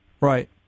right